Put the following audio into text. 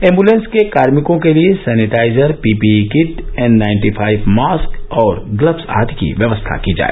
ambulance के कार्मिकों के लिए sanitiser PPE kit N ninety five mask और ग्लव्स आदि की व्यवस्था की जाए